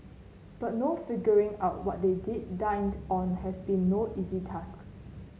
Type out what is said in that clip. but figuring out what they did dined on has been no easy task